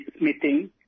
meeting